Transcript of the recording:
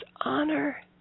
honor